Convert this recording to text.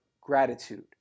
gratitude